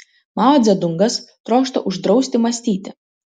mao dzedungas trokšta uždrausti mąstyti